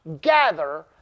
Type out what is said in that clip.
gather